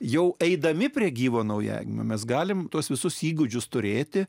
jau eidami prie gyvo naujagimio mes galime tuos visus įgūdžius turėti